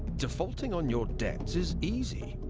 defaulting on your debts is easy.